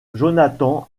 jonathan